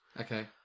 Okay